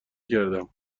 کردم